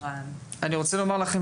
אני רוצה לומר לכם